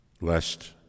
lest